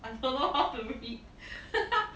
I don't know how to read